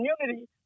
community